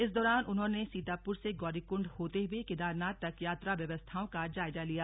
इस दौरान उन्होंने सीतापुर से गौरीकुण्ड होते हुए केदारनाथ तक यात्रा व्यवस्थाओं का जायजा लिया